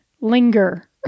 linger